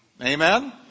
Amen